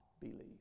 believe